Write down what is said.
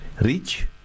rich